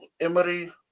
Emery